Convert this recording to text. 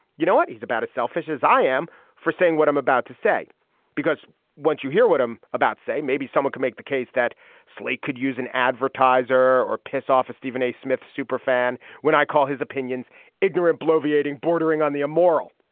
you know what he's about as selfish as i am for saying what i'm about to say because once you hear what i'm about say maybe someone can make the case that slate could use an advertiser or piss off stephen a smith super fan when i call his opinions ignorant bloviating bordering on the immoral